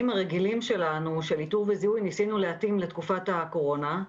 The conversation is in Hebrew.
הרגילים שלנו של איתור וזיהוי ניסינו להתאים לתקופת הקורונה.